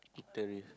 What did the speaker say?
eateries